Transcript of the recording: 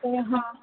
अरे हां हां